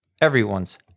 everyone's